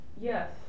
Yes